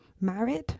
married